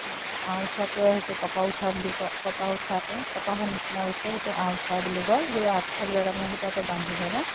আঁহ উঠাটোৱে হৈছে কপাহ উঠা বুলি কয় কপাহ উঠাটো কপাহৰ নিচিনা উঠে সেইটো আঁহ উঠা বুলি কয় সেই আঁহটো থাকিলে তাৰমানে সূতাটো বান্ধি ধৰে